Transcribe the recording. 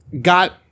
got